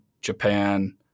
Japan